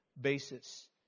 basis